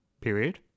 period